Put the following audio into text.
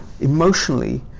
emotionally